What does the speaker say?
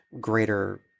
greater